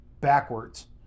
backwards